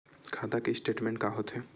खाता के स्टेटमेंट का होथे?